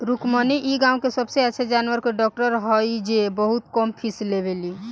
रुक्मिणी इ गाँव के सबसे अच्छा जानवर के डॉक्टर हई जे बहुत कम फीस लेवेली